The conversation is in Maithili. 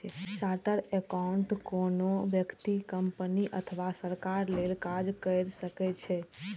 चार्टेड एकाउंटेंट कोनो व्यक्ति, कंपनी अथवा सरकार लेल काज कैर सकै छै